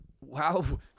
Wow